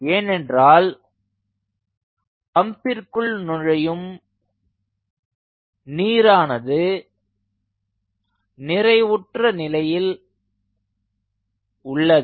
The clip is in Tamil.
ஏனென்றால் பம்பிற்குள் நுழையும் நீரானது நிறைவுற்ற நிலையில் உள்ளது